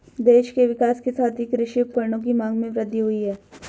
देश के विकास के साथ ही कृषि उपकरणों की मांग में वृद्धि हुयी है